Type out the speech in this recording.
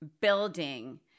building